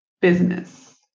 Business